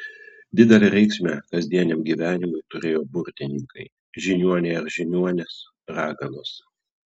didelę reikšmę kasdieniam gyvenimui turėjo burtininkai žiniuoniai ar žiniuonės raganos